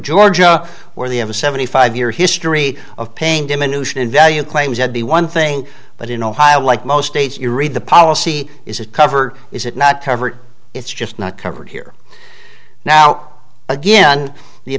georgia where they have a seventy five year history of paying diminution in value claims at the one thing but in ohio like most states you read the policy is it covered is it not covered it's just not covered here now again the